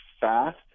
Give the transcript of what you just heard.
fast